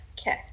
Okay